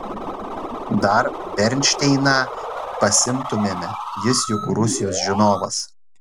dar bernšteiną pasiimtumėme jis juk rusijos žinovas